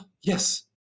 yes